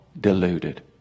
deluded